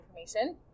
information